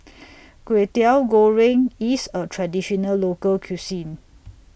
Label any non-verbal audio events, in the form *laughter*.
*noise* Kwetiau Goreng IS A Traditional Local Cuisine